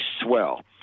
swell